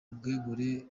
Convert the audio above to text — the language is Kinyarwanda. ubwegure